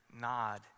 Nod